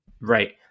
Right